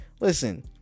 Listen